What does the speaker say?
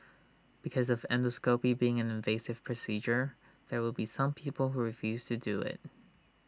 because of endoscopy being an invasive procedure there will be some people who refuse to do IT